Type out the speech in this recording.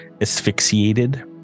asphyxiated